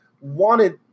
wanted